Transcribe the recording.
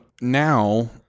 now